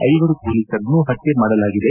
ಐವರು ಪೊಲೀಸರನ್ನು ಪತ್ಯೆ ಮಾಡಲಾಗಿದೆ